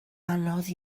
anodd